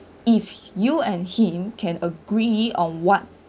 if you and him can agree on what